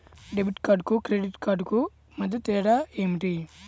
Debit కార్డుకు credit క్రెడిట్ కార్డుకు మధ్య తేడా ఏమిటీ?